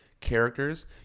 characters